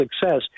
success